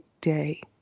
day